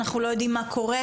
אנחנו לא יודעים מה קורה,